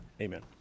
amen